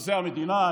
חוזה המדינה,